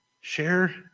Share